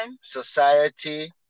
society